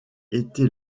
été